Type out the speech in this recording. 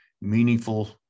meaningful